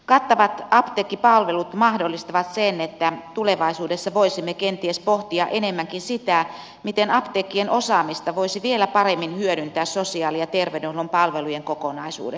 kattavat apteekkipalvelut mahdollistavat sen että tulevaisuudessa voisimme kenties pohtia enemmänkin sitä miten apteekkien osaamista voisi vielä paremmin hyödyntää sosiaali ja terveydenhuollon palvelujen kokonaisuudessa